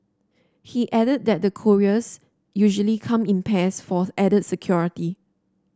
he added that the couriers usually come in pairs for added security